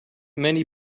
many